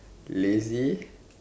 lazy